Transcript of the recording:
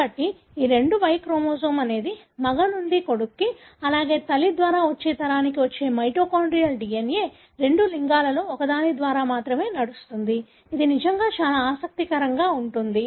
కాబట్టి ఈ రెండూ Y క్రోమోజోమ్ అనేది మగ నుండి కొడుకుకి అలాగే తల్లి ద్వారా వచ్చే తరానికి వచ్చే మైటోకాన్డ్రియల్ DNA రెండు లింగాలలో ఒకదాని ద్వారా మాత్రమే నడుస్తుంది ఇది నిజంగా చాలా ఆసక్తికరంగా ఉంటుంది